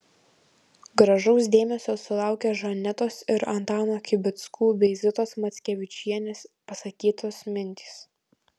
gražaus dėmesio sulaukė žanetos ir antano kibickų bei zitos mackevičienės pasakytos mintys